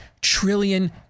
trillion